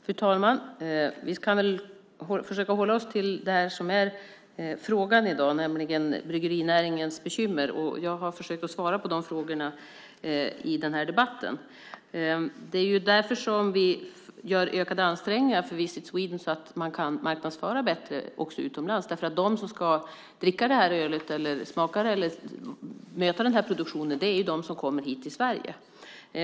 Fru talman! Vi ska väl försöka hålla oss till det som frågan gäller i dag, nämligen bryggerinäringens bekymmer. Jag har i debatten försökt svara på de frågor jag fått. Vi gör ökade ansträngningar för Visit Sweden så att man ska kunna marknadsföra sig bättre även utomlands. De som ska dricka ölet eller möta produktionen är de som kommer till Sverige.